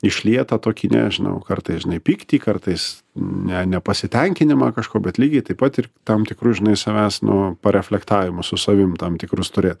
išlietą tokį nežinau kartais žinai pyktį kartais ne nepasitenkinimą kažkuo bet lygiai taip pat ir tam tikru žinai savęs nu reflektavimo su savimi tam tikrus turėt